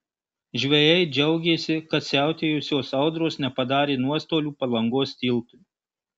žvejai džiaugėsi kad siautėjusios audros nepadarė nuostolių palangos tiltui